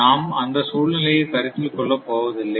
நாம் அந்த சூழ்நிலையை கருத்தில் கொள்ளப் போவதில்லை